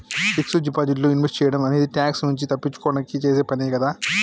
fixed deposit లో invest సేయడం అనేది ట్యాక్స్ నుంచి తప్పించుకోడానికి చేసే పనే కదా